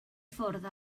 ffwrdd